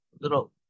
little